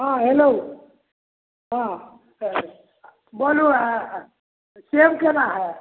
हँ हेलो हँ सर बोलु अहाँ सेब केना हैय